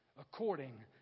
according